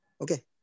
Okay